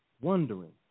wondering